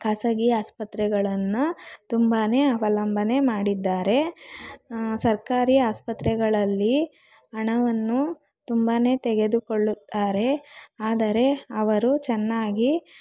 ಖಾಸಗಿ ಆಸ್ಪತ್ರೆಗಳನ್ನು ತುಂಬಾ ಅವಲಂಬನೆ ಮಾಡಿದ್ದಾರೆ ಸರ್ಕಾರಿ ಆಸ್ಪತ್ರೆಗಳಲ್ಲಿ ಹಣವನ್ನು ತುಂಬಾ ತೆಗೆದುಕೊಳ್ಳುತ್ತಾರೆ ಆದರೆ ಅವರು ಚೆನ್ನಾಗಿ